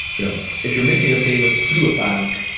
you know if you're making a payment through a bank,